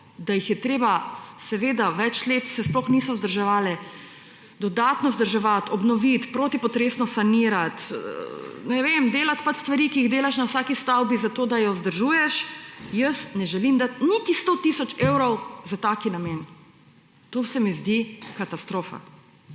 da jih je treba, seveda, več let se sploh niso vzdrževale, dodatno vzdrževati, obnoviti, protipotresno sanirati, ne vem, delati pač stvari, ki jih delaš na vsaki stavbi za to, da jo vzdržuješ, jaz ne želim dati niti 100 tisoč evrov za tak namen, to se me zdi katastrofa.